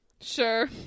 Sure